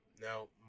Now